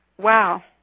Wow